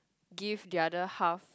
give the other half